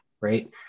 right